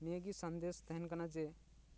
ᱱᱤᱭᱟᱹ ᱜᱮ ᱥᱟᱸᱫᱮᱥ ᱛᱟᱦᱮᱱ ᱠᱟᱱᱟ ᱡᱮ